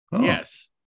Yes